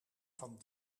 van